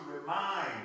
remind